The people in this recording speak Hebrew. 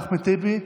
אחמד טיבי,